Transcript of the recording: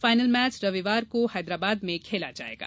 final match रविवार को हैदराबाद में खेला जाएगा